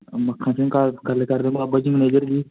ਮੱਖਣ ਸਿੰਘ ਗੱਲ ਗੱਲ ਕਰਦੇ ਬਾਬਾ ਜੀ ਮੈਨੇਜਰ ਜੀ